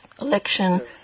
election